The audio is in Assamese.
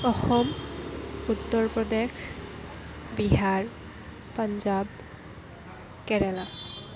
অসম উত্তৰ প্ৰদেশ বিহাৰ পাঞ্জাব কেৰালা